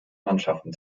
mannschaften